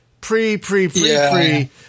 Pre-pre-pre-pre